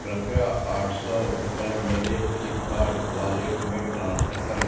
कृपया आठ सौ रुपये मेरे फ़्लिपकार्ट वॉलेट में ट्रांसफ़र करें